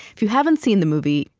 if you haven't seen the movie,